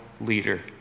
leader